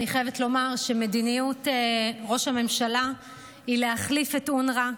אני חייבת לומר שמדיניות ראש הממשלה היא להחליף את אונר"א.